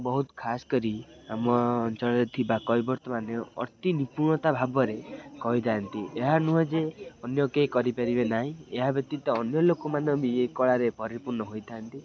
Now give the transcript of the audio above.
ବହୁତ ଖାସ କରି ଆମ ଅଞ୍ଚଳରେ ଥିବା କୈବର୍ତ୍ତମାନେ ଅତି ନିପୁଣତା ଭାବରେ କହିଥାନ୍ତି ଏହା ନୁହେଁ ଯେ ଅନ୍ୟ କେହି କରିପାରିବେ ନାହିଁ ଏହା ବ୍ୟତୀତ ଅନ୍ୟ ଲୋକମାନେ ବି ଏ କଳାରେ ପରିପୂର୍ଣ୍ଣ ହୋଇଥାନ୍ତି